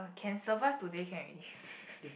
can survive today can already